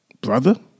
brother